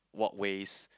walkways